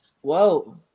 whoa